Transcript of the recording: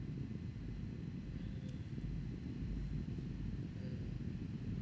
mm mm